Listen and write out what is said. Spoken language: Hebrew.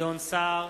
גדעון סער,